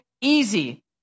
easy